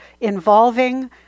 involving